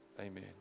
amen